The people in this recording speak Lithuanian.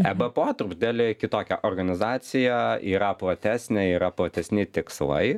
ebpa truputėlį kitokia organizacija yra platesnė yra platesni tikslai